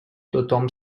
tothom